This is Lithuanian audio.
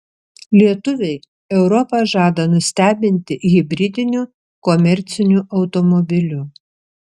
lietuviai europą žada nustebinti hibridiniu komerciniu automobiliu